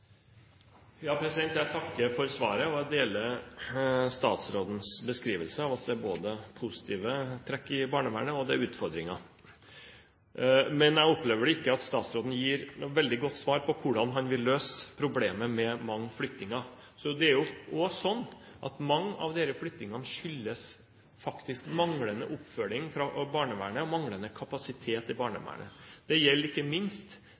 Jeg takker for svaret. Jeg deler statsrådens beskrivelse av at det er både positive trekk og utfordringer i barnevernet. Men jeg opplever vel ikke at statsråden gir noe veldig godt svar på hvordan han vil løse problemet med mange flyttinger. Det er jo også slik at mange av disse flyttingene faktisk skyldes manglende oppfølging fra barnevernet og manglende kapasitet i barnevernet. Det gjelder ikke minst